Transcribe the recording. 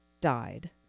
died